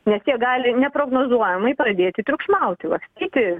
nes jie gali neprognozuojamai pradėti triukšmauti lakstyti